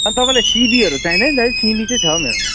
अनि तपाईँलाई सिमीहरू चाहिँदैन दाजु सिमी चाहिँ छ मेरोमा